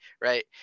Right